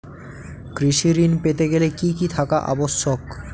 কৃষি ঋণ পেতে গেলে কি কি থাকা আবশ্যক?